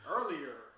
Earlier